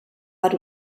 per